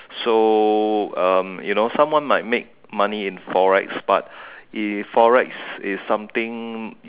so um you know someone might make money in Forex but if Forex is something